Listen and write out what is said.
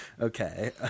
Okay